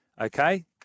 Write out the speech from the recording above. okay